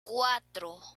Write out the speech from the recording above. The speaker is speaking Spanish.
cuatro